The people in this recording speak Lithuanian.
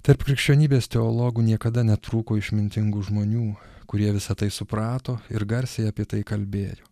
tarp krikščionybės teologų niekada netrūko išmintingų žmonių kurie visa tai suprato ir garsiai apie tai kalbėjo